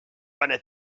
wanna